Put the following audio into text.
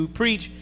preach